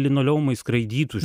linoleumai skraidytų